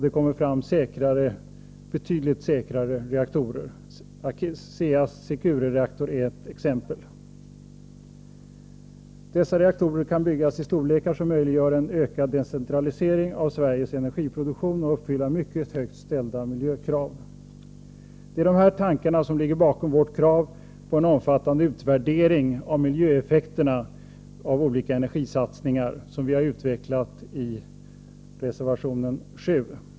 Det kommer fram betydligt säkrare reaktorer — ASEA:s Secure-reaktor är ett exempel. Dessa reaktorer kan byggas i storlekar som möjliggör en ökad decentralisering av Sveriges energiproduktion, och de kan uppfylla mycket högt ställda miljökrav. Det är de här tankarna som ligger bakom vårt krav på en omfattande utvärdering av miljöeffekterna av olika energisatsningar som vi har utvecklat i reservation 7.